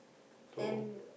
then